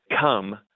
come